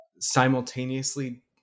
simultaneously